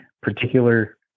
particular